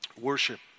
worship